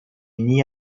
n’y